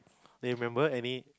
then you remember any